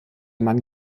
mann